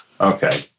Okay